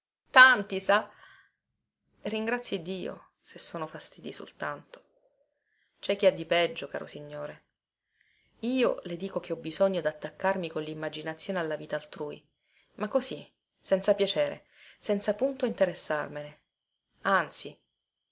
tanti sa ringrazii dio se sono fastidii soltanto cè chi ha di peggio caro signore io le dico che ho bisogno dattaccarmi con limmaginazione alla vita altrui ma così senza piacere senza punto interessarmene anzi